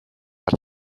hat